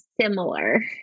similar